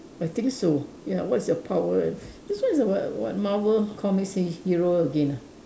I think so ya what's your power and this one is a what what Marvel comics he~ hero again ah